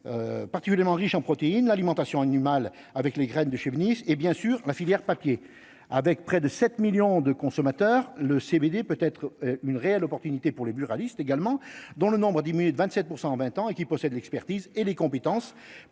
particulièrement riche en protéines, l'alimentation animale avec les graines de chefs de Nice et bien sûr la filière papier avec près de 7 millions de consommateurs le CBD peut être une réelle opportunité pour les buralistes également, dont le nombre a diminué de 27 % en 20 ans et qui possède l'expertise et les compétences